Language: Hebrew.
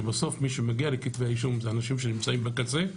שבסוף מי שמגיע לכתבי האישום זה אנשים שנמצאים בקצה,